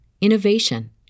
innovation